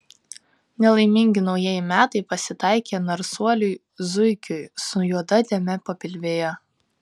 nelaimingi naujieji metai pasitaikė narsuoliui zuikiui su juoda dėme papilvėje